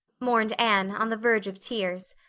mourned anne, on the verge of tears.